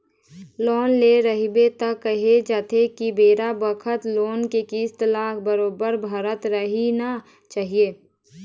loan ले रहिबे त केहे जाथे के बेरा बखत लोन के किस्ती ल बरोबर भरत रहिना चाही